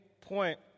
point